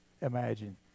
imagine